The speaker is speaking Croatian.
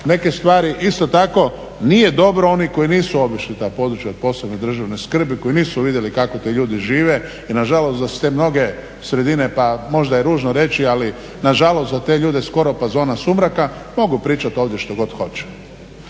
neke stvari. Isto tako nije dobro oni koji nisu obišli ta područja od posebne državne skrbi, koji nisu vidjeli kako ti ljudi žive i nažalost da su te mnoge sredine pa možda je ružno reći ali nažalost za te ljude skoro pa zona sumraka mogu pričati ovdje što god hoće.